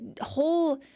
Whole